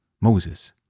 Moses